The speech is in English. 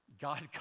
God